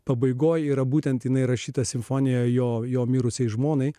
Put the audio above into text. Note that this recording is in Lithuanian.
pabaigoje yra būtent jinai rašytą simfoniją jo mirusiai žmonai